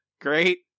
Great